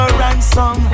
ransom